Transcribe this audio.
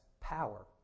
power